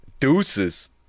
Deuces